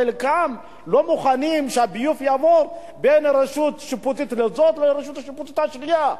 חלקן לא מוכנות שהביוב יעבור בין רשות שיפוט אחת לרשות שיפוט שנייה.